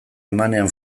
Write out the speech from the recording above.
emanean